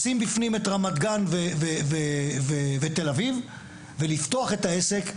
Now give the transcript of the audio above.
לשים בפנים את רמת גן ותל אביב ולפתוח את העסק,